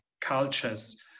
cultures